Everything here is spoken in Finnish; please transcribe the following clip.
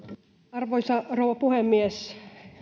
arvoisa rouva puhemies